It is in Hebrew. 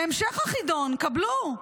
בהמשך החידון, קבלו: